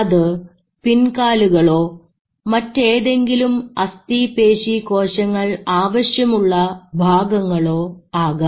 അത് പിൻകാലുകളോ മറ്റേതെങ്കിലും അസ്ഥി പേശി കോശങ്ങൾ ആവശ്യമുള്ള ഭാഗങ്ങളോ ആകാം